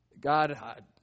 God